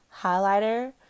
highlighter